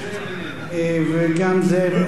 וגם זאב אלקין לא נמצא כאן,